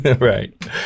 Right